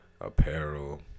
apparel